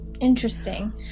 Interesting